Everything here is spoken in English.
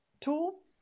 tool